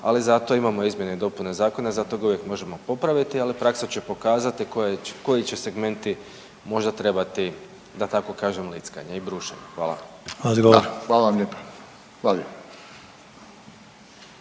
ali zato imamo izmjene i dopune zakona, zato ga uvijek možemo popraviti, ali praksa će pokazati koji će segmenti možda trebati, da tako kažem, lickanje i brušenje. Hvala. **Sanader, Ante